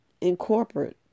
Incorporate